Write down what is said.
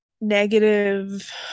negative